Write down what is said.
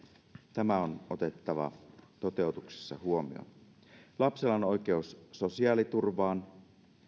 tämä on otettava toteutuksessa huomioon lapsella on oikeus sosiaaliturvaan